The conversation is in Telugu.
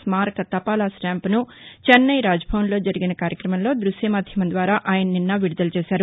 స్మారక తపాలా స్టాంపును చెన్నై రాజభవన్లో జరిగిన కార్యక్రమంలో ద్బశ్యమాధ్యమం ద్వారా ఆయన నిన్న విడుదల చేశారు